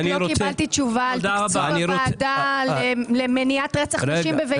לא קיבלתי תשובה על תקציב הוועדה למניעת רצח נשים.